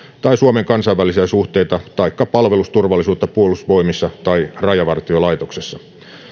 tai suomen kansainvälisiä suhteita taikka palvelusturvallisuutta puolustusvoimissa tai rajavartiolaitoksessa